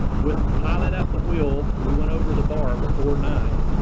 with the pilot at the wheel we went over the bar before nine,